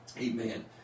Amen